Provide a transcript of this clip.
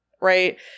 Right